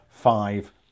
five